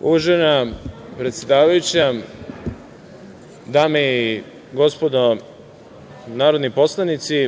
Uvažena predsedavajuća, dame i gospodo narodni poslanici,